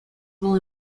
will